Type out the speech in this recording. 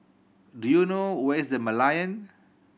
do you know where is The Merlion